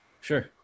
Sure